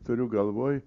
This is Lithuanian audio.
turiu galvoj